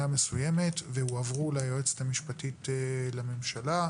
מסוימת והועברו ליועצת המשפטית לממשלה.